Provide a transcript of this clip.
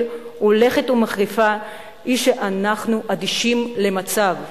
הולכת ומחריפה היא שאנחנו אדישים למצב.